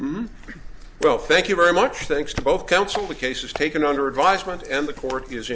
g well thank you very much thanks to both counsel the case is taken under advisement and the court is